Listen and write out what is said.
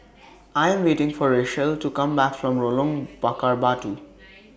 I Am waiting For Rachelle to Come Back from Lorong Bakar Batu